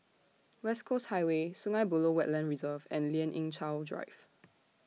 West Coast Highway Sungei Buloh Wetland Reserve and Lien Ying Chow Drive